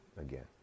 again